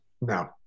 no